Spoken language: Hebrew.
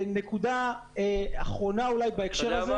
נקודה אחרונה בהקשר הזה.